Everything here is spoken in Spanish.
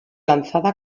lanzada